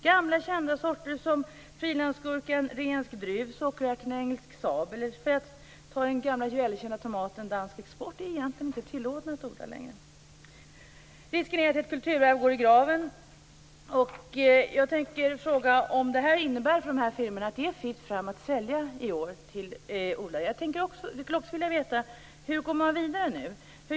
Gamla kända sorter som frilandsgurkan Rhensk Druv, sockerärtan Engelsk Sabel och den välkända tomaten Dansk Export är det egentligen inte längre tillåtet att odla. Det är risk för att ett kulturarv går i graven. Jag vill fråga om det i år är fritt fram för de här firmorna att sälja till odlare. Jag skulle också vilja veta hur man nu går vidare.